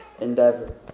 endeavor